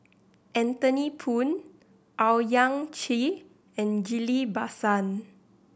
Anthony Poon Owyang Chi and Ghillie Basan